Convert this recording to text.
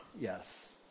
yes